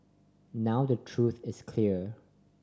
now the truth is clear